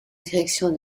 direction